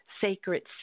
sacred